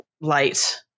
light